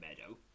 Meadow